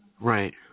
Right